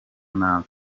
nabi